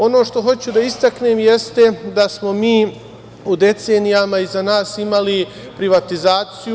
Ono što hoću da istaknem jeste da smo mi u decenijama iza nas imali privatizaciju.